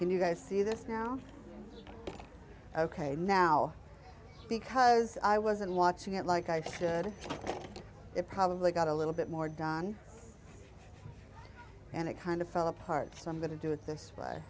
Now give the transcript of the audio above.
feet and you guys see this now ok now because i wasn't watching it like i should probably got a little bit more done and it kind of fell apart so i'm going to do it this way